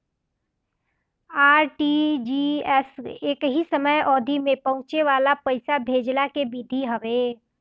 RTGS एकही समय अवधि में पहुंचे वाला पईसा भेजला के विधि हवे